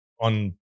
on